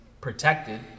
protected